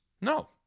No